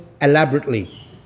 elaborately